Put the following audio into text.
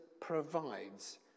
provides